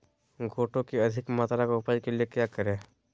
गोटो की अधिक मात्रा में उपज के लिए क्या करें?